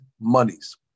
monies